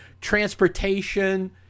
transportation